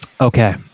okay